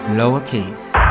lowercase